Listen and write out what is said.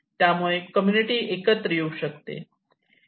त्यामुळे कम्युनिटी एकत्र येऊ शकते